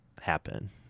happen